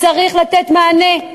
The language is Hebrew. צריך לתת מענה,